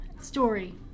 story